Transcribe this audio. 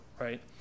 Right